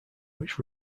which